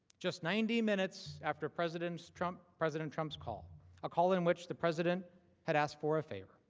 just ninety minutes after president trumps president trumps call ah call in which the president had asked for a favor.